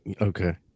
Okay